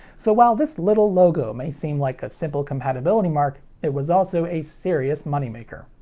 so while this little logo may seem like a simple compatibility mark, it was also a serious money maker.